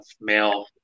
male